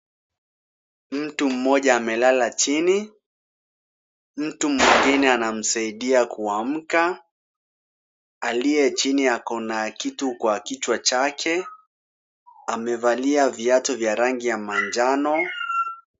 Mtu mmoja amelala chini, mtu mwingine anamsaidia kuamka. Aliye chini ako na kitu kwa kichwa chake. Amevalia viatu vya rangi ya manjano.